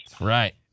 right